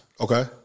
Okay